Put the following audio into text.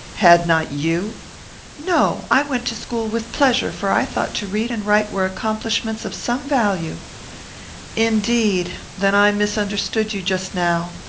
had not you no. i went to school with pleasure for i thought to read and write were accomplishments of some value indeed? then i misunderstood you just now.